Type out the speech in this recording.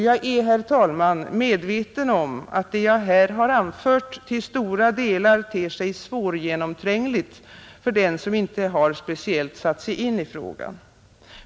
Jag är, herr talman, medveten om att vad jag här har anfört till stora delar ter sig svårgenomträngligt för den som inte speciellt har satt sig in i frågan.